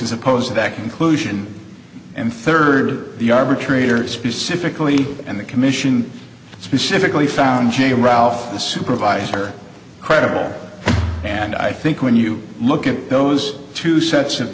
as opposed to that conclusion and third the arbitrator specifically and the commission specifically found j ralph the supervisor credible and i think when you look at those two sets of